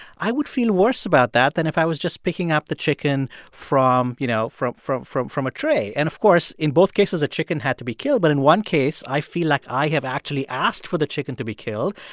i would feel worse about that than if i was just picking up the chicken from, you know from from a tray. and, of course, in both cases, a chicken had to be killed, but in one case i feel like i have actually asked for the chicken to be killed.